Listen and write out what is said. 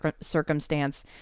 circumstance